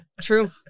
True